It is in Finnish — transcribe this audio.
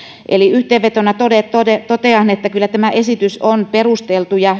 eli yhteenvetona totean totean että kyllä tämä esitys on perusteltu ja